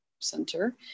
Center